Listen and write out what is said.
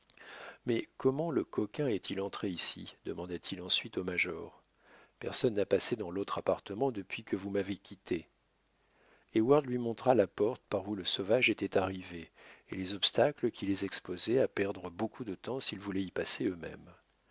mais comment le coquin est-il entré ici demanda-t-il ensuite au major personne n'a passé dans l'autre appartement depuis que vous m'avez quitté heyward lui montra la porte par où le sauvage était arrivé et les obstacles qui les exposaient à perdre beaucoup de temps s'ils voulaient y passer eux-mêmes